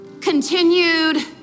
continued